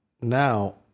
Now